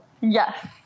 Yes